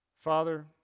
Father